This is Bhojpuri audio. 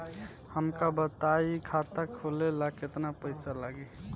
हमका बताई खाता खोले ला केतना पईसा लागी?